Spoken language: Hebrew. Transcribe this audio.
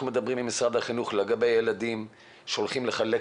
מדברים עם משרד החינוך לגבי ילדים שעומדים לחלק